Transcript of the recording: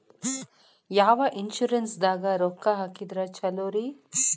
ಯಾವ ಇನ್ಶೂರೆನ್ಸ್ ದಾಗ ರೊಕ್ಕ ಹಾಕಿದ್ರ ಛಲೋರಿ?